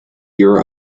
your